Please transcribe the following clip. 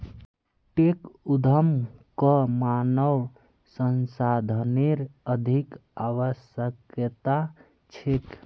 tech उद्यमक मानव संसाधनेर अधिक आवश्यकता छेक